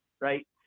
right